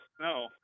No